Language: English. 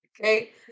Okay